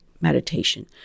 meditation